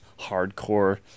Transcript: hardcore